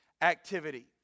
activity